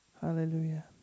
Hallelujah